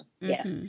yes